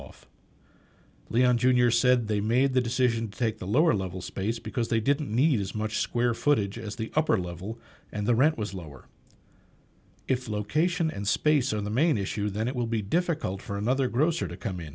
off leon jr said they made the decision to take the lower level space because they didn't need as much square footage as the upper level and the rent was lower if location and space are the main issue then it will be difficult for another grocer to come